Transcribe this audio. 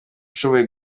yashoboye